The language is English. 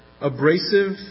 abrasive